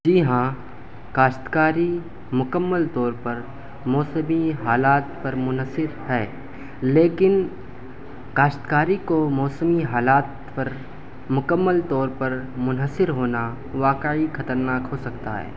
جی ہاں کاشتکاری مکمّل طور پر موسمی حالات پر منحصر ہے لیکن کاشتکاری کو موسمی حالات پر مکمّل طور پر منحصر ہونا واقعی خطرناک ہو سکتا ہے